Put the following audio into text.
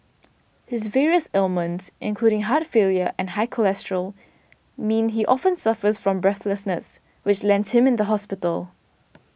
his various ailments including heart failure and high cholesterol mean he often suffers from breathlessness which lands him in the hospital